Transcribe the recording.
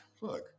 look